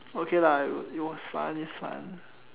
okay lah it was fun it's fun